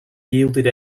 yielded